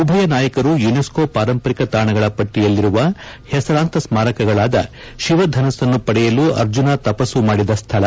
ಉಭಯ ನಾಯಕರು ಯುನೆಸ್ಕೋ ಪಾರಂಪರಿಕ ತಾಣಗಳ ಪಟ್ಟಿಯಲ್ಲಿರುವ ಹೆಸರಾಂತ ಸ್ಕಾರಕಗಳಾದ ಶಿವ ಧನುಸ್ಸನ್ನು ಪಡೆಯಲು ಅರ್ಜುನ ತಪಸ್ಸು ಮಾಡಿದ ಸ್ಥಳ